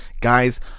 Guys